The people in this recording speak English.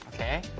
okay,